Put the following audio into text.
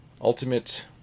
ultimate